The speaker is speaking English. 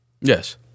Yes